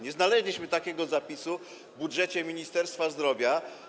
Nie znaleźliśmy takiego zapisu w budżecie Ministerstwa Zdrowia.